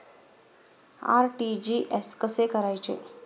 RTGS कसे करायचे?